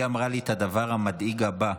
והיא אמרה לי את הדבר המדאיג הבא,